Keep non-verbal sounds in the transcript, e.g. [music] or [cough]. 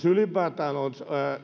[unintelligible] ylipäätään